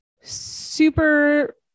super